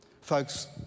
Folks